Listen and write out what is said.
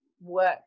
work